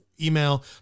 email